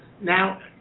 now